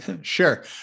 Sure